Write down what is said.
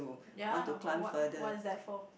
ya what what's that for